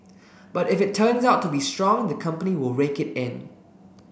but if it turns out to be strong the company will rake it in